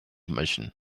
machine